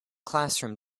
classroom